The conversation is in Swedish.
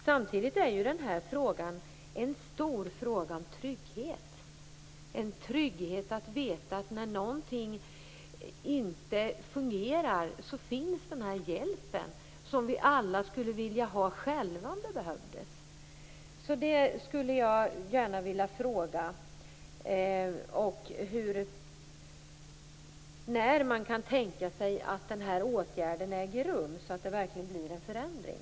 Samtidigt är den här frågan en fråga om trygghet, tryggheten att veta att när något inte fungerar så finns den här hjälpen, som vi alla själva skulle vilja ha om det behövdes. När kan man tänka sig att den här åtgärden vidtas, så att det verkligen blir en förändring?